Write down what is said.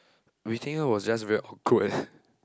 we think it was just very awkward eh